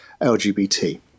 LGBT